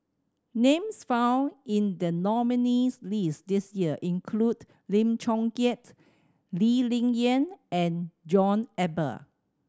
names found in the nominees' list this year include Lim Chong Keat Lee Ling Yen and John Eber